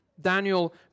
Daniel